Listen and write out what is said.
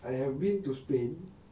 I've been to spain